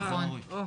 אוה.